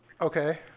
Okay